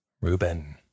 Ruben